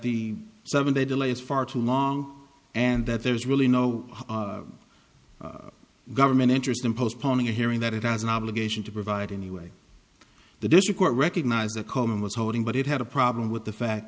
the seven day delay is far too long and that there is really no government interest in postponing a hearing that it has an obligation to provide in the way the district court recognize the common was holding but it had a problem with the fact